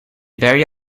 very